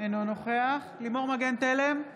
אינו נוכח לימור מגן תלם,